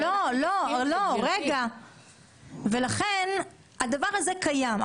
רגע, רגע ולכן הדבר הזה קיים.